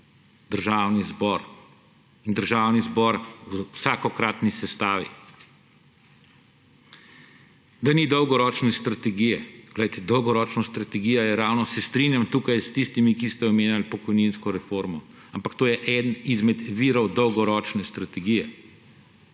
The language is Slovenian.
Držani zbor. In Državni zbor v vsakokratni sestavi. Da ni dolgoročno iz strategije. Poglejte, dolgoročna strategija je ravno − se strinjam tukaj s tistimi, ki ste omenjali pokojninsko reformo, ampak to je eden izmed virov dolgoročne strategije.